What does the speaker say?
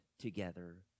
together